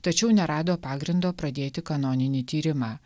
tačiau nerado pagrindo pradėti kanoninį tyrimą